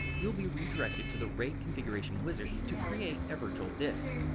you will be redirected to the raid configuration wizard to create a virtual disk.